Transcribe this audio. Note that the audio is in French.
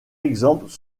exemples